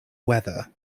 weather